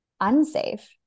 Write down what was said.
unsafe